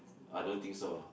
I don't think so ah